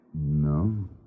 No